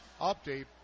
update